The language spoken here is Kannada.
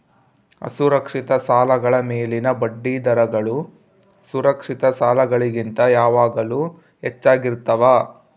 ಅಸುರಕ್ಷಿತ ಸಾಲಗಳ ಮೇಲಿನ ಬಡ್ಡಿದರಗಳು ಸುರಕ್ಷಿತ ಸಾಲಗಳಿಗಿಂತ ಯಾವಾಗಲೂ ಹೆಚ್ಚಾಗಿರ್ತವ